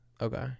Okay